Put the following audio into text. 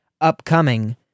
upcoming